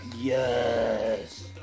Yes